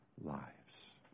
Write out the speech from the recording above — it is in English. lives